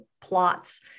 plots